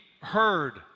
heard